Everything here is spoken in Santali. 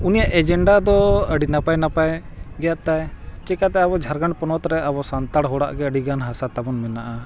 ᱩᱱᱤᱭᱟᱜ ᱮᱡᱮᱱᱰᱟ ᱫᱚ ᱟᱹᱰᱤ ᱱᱟᱯᱟᱭ ᱱᱟᱯᱟᱭ ᱜᱮᱭᱟ ᱛᱟᱭ ᱪᱤᱠᱟᱹᱛᱮ ᱟᱵᱚ ᱡᱷᱟᱲᱠᱷᱚᱸᱰ ᱯᱚᱱᱚᱛ ᱨᱮ ᱟᱵᱚ ᱥᱟᱱᱛᱟᱲ ᱦᱚᱲᱟᱜ ᱜᱮ ᱟᱹᱰᱤᱜᱟᱱ ᱦᱟᱥᱟ ᱛᱟᱵᱚᱱ ᱢᱮᱱᱟᱜᱼᱟ